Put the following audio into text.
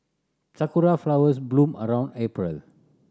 sakura flowers bloom around April